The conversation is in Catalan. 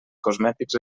cosmètics